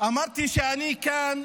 אמרתי שאני כאן,